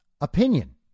opinion